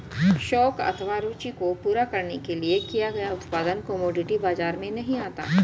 शौक अथवा रूचि को पूरा करने के लिए किया गया उत्पादन कमोडिटी बाजार में नहीं आता